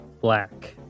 black